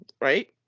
right